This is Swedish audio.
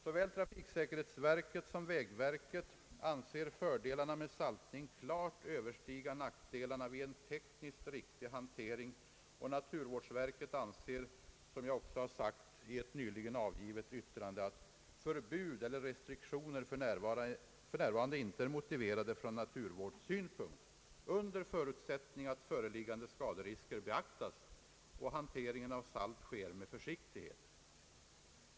Såväl trafiksäkerhetsverket som vägverket anser fördelarna med saltning klart överstiga nackdelarna vid en tekniskt riktig hantering, och naturvårdsverket finner — som jag också har sagt — i ett nyligen avgivet yttrande att förbud eller restriktioner f.n. inte är motiverade från naturvårdssynpunkt under = förutsättning att föreliggande skaderisker beaktas och hanteringen av salt sker med försiktighet.